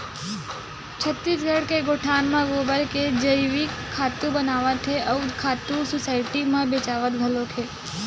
छत्तीसगढ़ के गोठान म गोबर के जइविक खातू बनावत हे अउ ए खातू ह सुसायटी म बेचावत घलोक हे